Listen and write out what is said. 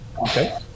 Okay